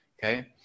Okay